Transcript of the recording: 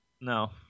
No